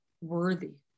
worthy